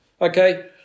okay